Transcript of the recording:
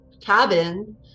cabin